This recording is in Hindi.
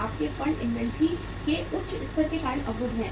आपके फंड इन्वेंट्री के उच्च स्तर के कारण अवरुद्ध हैं